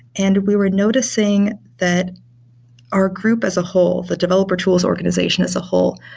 and we were noticing that our group as a whole, the developer tools organization as a whole,